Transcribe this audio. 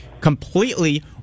completely